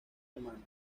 hermanos